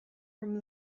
from